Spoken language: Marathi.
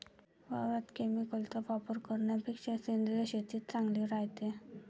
वावरात केमिकलचा वापर करन्यापेक्षा सेंद्रिय शेतीच चांगली रायते